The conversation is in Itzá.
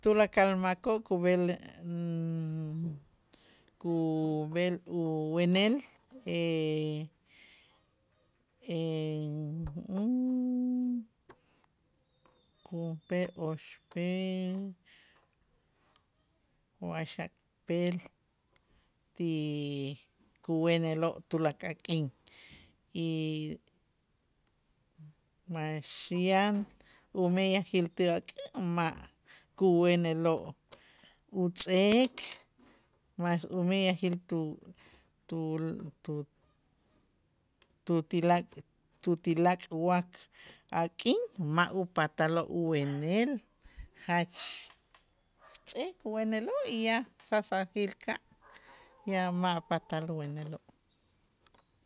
Tulakal makoo' kub'el kub'el uwenel junp'ee, oxp'eel, waxakp'eel ti kuweneloo' tulakal k'in y max yan umeyajil ti ak'ä' ma' kuweneloo' utz'eek mas umeyajil tu- tul- tu ti laak' tu ti laak' wak a' k'in ma' upataloo' uwenel jach tz'eek weneloo' y ya sasajil ka' ya ma' patal uweneloo'.